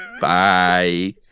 Bye